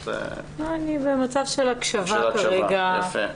לא, אני במצב של הקשבה כרגע.